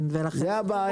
זו הבעיה.